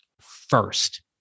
First